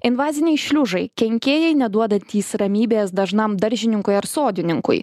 invaziniai šliužai kenkėjai neduodantys ramybės dažnam daržininkui ar sodininkui